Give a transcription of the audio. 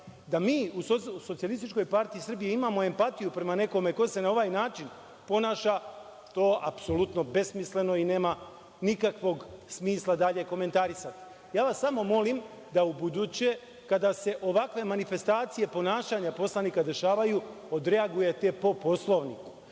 ili doživljavaju. Da mi u SPS imamo empatiju prema nekome ko se na ovaj način ponaša, to je apsolutno besmisleno i nema nikakvog smisla dalje komentarisati. Ja vas samo molim da ubuduće, kada se ovakve manifestacije ponašanja poslanika dešavaju, odreagujete po Poslovniku,